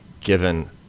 Given